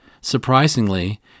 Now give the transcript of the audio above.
Surprisingly